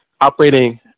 operating